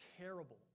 terrible